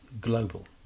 global